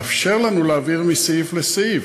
לאפשר לנו להעביר מסעיף לסעיף.